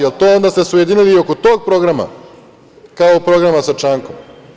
Je li to onda da ste se ujedinili i oko tog programa, kao programa sa Čankom?